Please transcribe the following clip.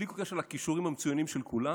בלי כל קשר לכישורים המצוינים של כולם,